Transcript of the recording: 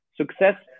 success